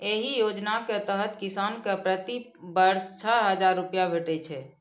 एहि योजना के तहत किसान कें प्रति वर्ष छह हजार रुपैया भेटै छै